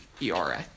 ERA